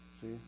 See